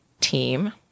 team